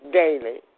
daily